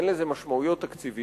אין לזה משמעויות תקציביות?